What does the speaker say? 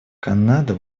канада